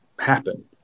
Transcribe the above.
happen